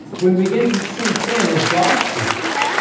wouldn't begin to see sin as god sees it